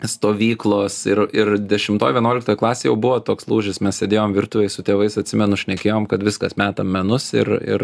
stovyklos ir ir dešimtoj vienuoliktoj klasėj jau buvo toks lūžis mes sėdėjom virtuvėj su tėvais atsimenu šnekėjom kad viskas metam menus ir ir